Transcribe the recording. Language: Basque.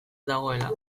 dagoela